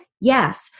Yes